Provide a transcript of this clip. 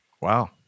Wow